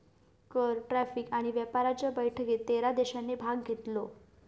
कर, टॅरीफ आणि व्यापाराच्या बैठकीत तेरा देशांनी भाग घेतलो